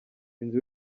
inzu